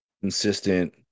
consistent